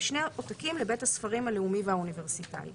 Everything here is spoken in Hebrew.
ושני עותקים לבית הספרים הלאומי והאוניברסיטאי".